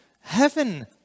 heaven